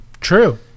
True